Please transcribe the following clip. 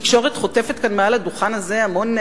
בלי